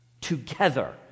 together